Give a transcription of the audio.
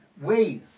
ways